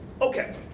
Okay